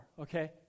okay